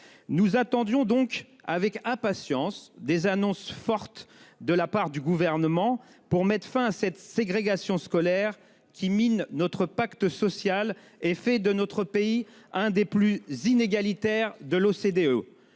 Nous attendions donc avec impatience des annonces fortes de la part du gouvernement pour mettre fin à cette ségrégation scolaire qui mine notre pacte social et fait de notre pays, un des plus inégalitaire de l'OCDE.